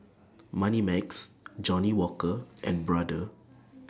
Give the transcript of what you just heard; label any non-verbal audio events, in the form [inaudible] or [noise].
[noise] Moneymax Johnnie Walker and Brother [noise]